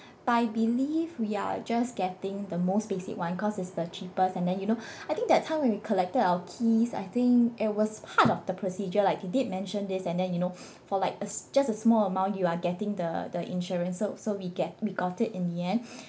but I believe we are just getting the most basic one cause it's the cheapest and then you know I think that's how when we collected our keys I think it was part of the procedure like he did mention this and then you know for like a just a small amount you are getting the the insurance so so we get we got it in the end